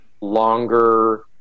longer